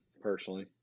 personally